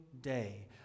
day